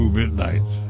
midnight